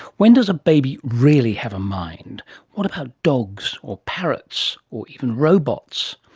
when does a baby really have a mind what about dogs or parrots or even robots?